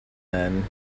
then